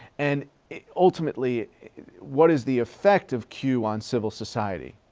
and ultimately what is the effect of q on civil society?